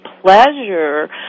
pleasure